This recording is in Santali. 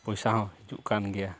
ᱯᱚᱭᱥᱟ ᱦᱚᱸ ᱦᱤᱡᱩᱜ ᱠᱟᱱ ᱜᱮᱭᱟ